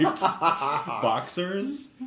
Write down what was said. boxers